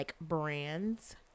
brands